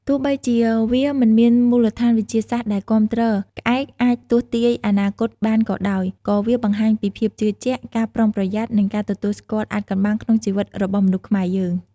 ទោះបីជាវាមិនមានមូលដ្ឋានវិទ្យាសាស្ត្រដែលគាំទ្រ ក្អែកអាចទស្សន៍ទាយអនាគតបានក៏ដោយ, ក៏វាបង្ហាញពីភាពជឿជាក់, ការប្រុងប្រយ័ត្ន និងការទទួលស្គាល់អាថ៌កំបាំងក្នុងជីវិតរបស់មនុស្សខ្មែរយើង។